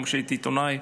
גם כשהייתי עיתונאי,